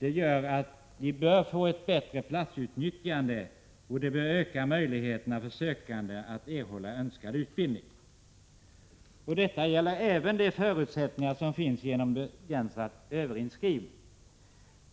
bör vi bättre kunna utnyttja platserna. Sökande bör också ha större möjligheter att erhålla önskad utbildning. Det gäller även de förutsättningar som finns genom den begränsade överinskrivningen.